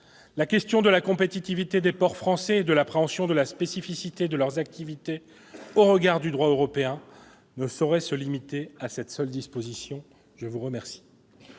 La question de la compétitivité des ports français et de l'appréhension de la spécificité de leurs activités au regard du droit européen ne saurait se limiter à cette seule disposition ! Nous passons